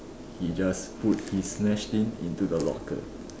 he just put his mess tin into the locker